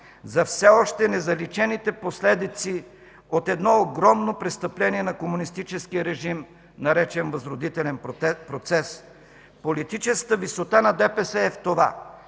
за все още незаличените последици от едно огромно престъпление на комунистическия режим, наречено „възродителен процес”. Политическата висота на ДПС е в това,